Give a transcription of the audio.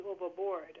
overboard